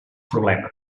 problema